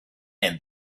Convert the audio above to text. and